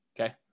okay